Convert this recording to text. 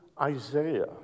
Isaiah